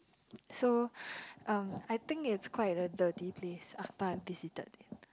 so um I think it's quite a dirty place after I visited it